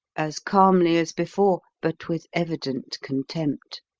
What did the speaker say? as calmly as before, but with evident contempt